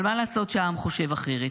אבל מה לעשות שהעם חושב אחרת?